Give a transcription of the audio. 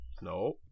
No